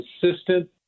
consistent